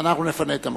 אנחנו נפנה את המוקשים.